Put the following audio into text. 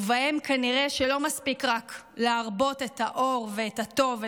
ובהם כנראה לא מספיק רק להרבות את האור ואת הטוב,